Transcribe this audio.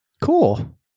Cool